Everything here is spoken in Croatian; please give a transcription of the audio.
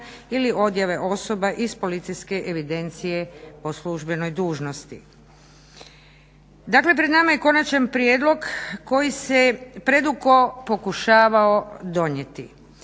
ili odjave osoba iz policijske evidencije po službenoj dužnosti. Dakle, pred nama je konačni prijedlog koji se predugo pokušavao donijeti.